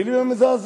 המלים הן מזעזעות,